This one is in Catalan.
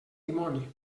dimoni